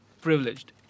privileged